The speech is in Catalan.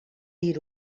dir